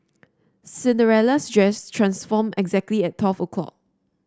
Cinderella's dress transformed exactly at twelve o'clock